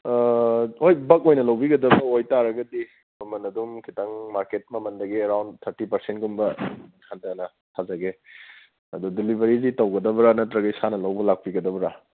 ꯑꯥ ꯍꯣꯏ ꯕꯒ ꯑꯣꯏꯅ ꯂꯧꯕꯤꯒꯗꯕ ꯑꯣꯏꯕ ꯇꯥꯔꯒꯗꯤ ꯃꯃꯟ ꯑꯗꯨꯝ ꯈꯖꯤꯛꯇꯪ ꯃꯥꯔꯀꯦꯠ ꯃꯃꯟꯗꯒꯤ ꯑꯦꯔꯥꯎꯟ ꯊꯥꯔꯇꯤ ꯄꯥꯔꯁꯦꯟꯒꯨꯝꯕ ꯍꯟꯊꯅ ꯁꯥꯖꯒꯦ ꯑꯗꯨ ꯗꯤꯂꯤꯕꯔꯤꯗꯤ ꯇꯧꯒꯗꯕꯔꯥ ꯅꯠꯇ꯭ꯔꯒ ꯏꯁꯥꯅ ꯂꯧꯕ ꯂꯥꯛꯄꯤꯒꯗꯕꯔꯥ